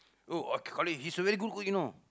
oh I he's a very good cook you know